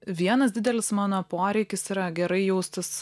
vienas didelis mano poreikis yra gerai jaustis